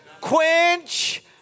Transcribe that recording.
Quench